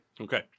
Okay